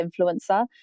Influencer